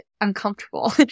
uncomfortable